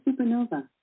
Supernova